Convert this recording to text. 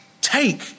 Take